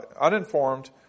uninformed